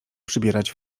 przybierać